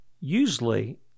usually